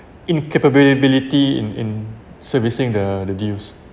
incapability in in servicing the the deals